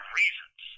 reasons